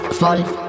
fall